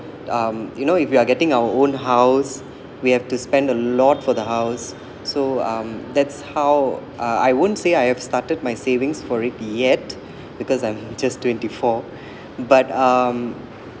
um you know if we are getting our own house we have to spend a lot for the house so um that's how uh I won't say I have started my savings for it yet because I'm just twenty four but um